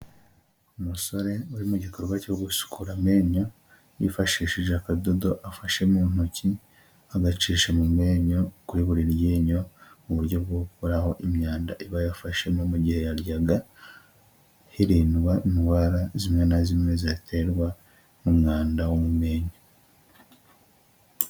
Umusore uri mu gikorwa cyo gusukura amenyo yifashishije akadodo afashe mu ntoki agacisha mu menyo kuri buri ryinyo mu buryo bwo gukuraho imyanda iba yafashemo mu gihe yaryaga hirindwa indwara zimwe na zimwe ziterwa n'umwanda w'umu menyo.